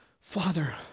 Father